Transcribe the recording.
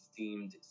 themed